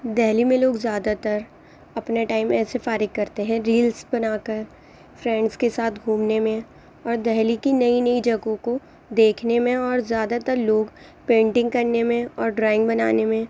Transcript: دہلی میں لوگ زیادہ تر اپنا ٹائم ایسے فارغ کرتے ہیں ریلس بنا کر فرینڈس کے ساتھ گھومنے میں اور دہلی کی نئی نئی جگہوں کو دیکھنے میں اور زیادہ تر لوگ پینٹنگ کرنے میں اور ڈرائنگ بنانے میں